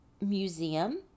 museum